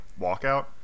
walkout